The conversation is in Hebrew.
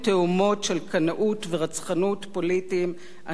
ורצחנות פוליטיות אנו עשויים להידרדר,